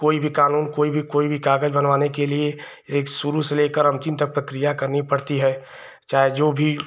कोई भी कानून कोई भी कागज बनवाने के लिए एक शुरू से लेकर अन्तिम तक प्रक्रिया करनी पड़ती है चाहे जो भी